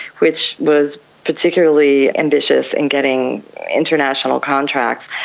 which was particularly ambitious in getting international contracts.